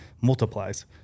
multiplies